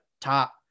top